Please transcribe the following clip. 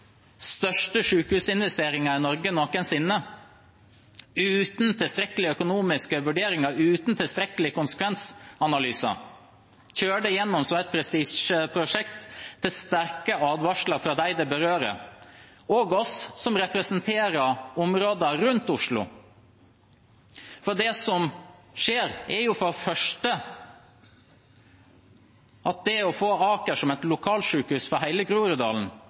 største sykehusinvesteringen i Norge noensinne, uten tilstrekkelige økonomiske vurderinger, uten tilstrekkelige konsekvensanalyser. En kjører det igjennom som et prestisjeprosjekt til sterke advarsler fra dem det berører, også oss som representerer områdene rundt Oslo. Det som skjer, er for det første at det å få Aker som et lokalsykehus for hele Groruddalen